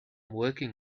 working